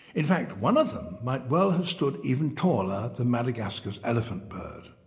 in fact one of them might well have stood even taller than madagascar's elephant-bird.